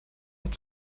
hat